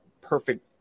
perfect